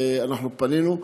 פנינו,